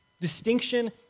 Distinction